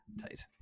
tight